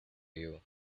you